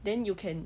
then you can